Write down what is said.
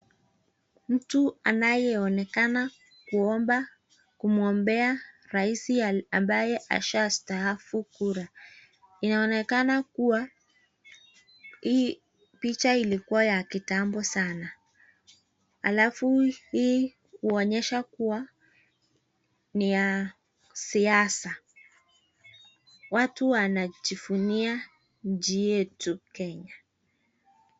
Mtu anayeonekana kuomba kumwombea raisi ambaye ashastaafu kura. Inaonekana kuwa hii picha ilikuwa ya kitambo sana alafu hii huonyesha kuwa ni ya siasa, watu wanajivunia nchi yetu kenya.